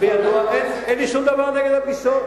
וידוע, אין לי שום דבר נגד הפגישות.